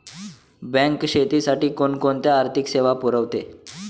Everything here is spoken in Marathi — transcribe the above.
बँक शेतीसाठी कोणकोणत्या आर्थिक सेवा पुरवते?